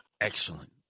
excellent